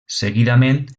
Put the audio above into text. seguidament